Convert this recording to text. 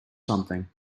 something